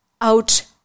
out